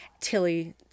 Tilly